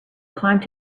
climbed